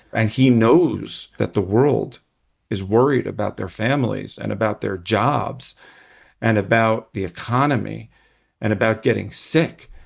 and he knows that the world is worried about their families and about their jobs and about the economy and about getting sick.